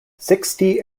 sixty